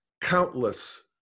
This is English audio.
countless